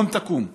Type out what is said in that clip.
קום תקום.